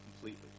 completely